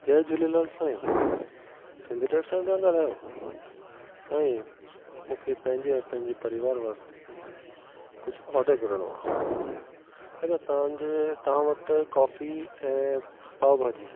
जय झूलेलाल साईं सिंधी रेस्टोरेंट मां ॻाल्हायो साईं मुखे पंहिंजे ऐं पंहिंजे परिवारु वास्ते कुझु ऑडर करिणो आहे अञा तव्हांजे तव्हां वटि कॉफी ऐं पाव भाॼी